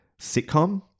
sitcom